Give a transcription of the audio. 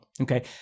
okay